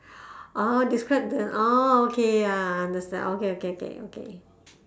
orh describe the orh okay ya I understand okay okay okay okay